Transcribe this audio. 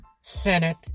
Senate